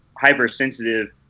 hypersensitive